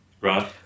Right